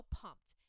pumped